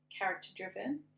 character-driven